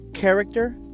Character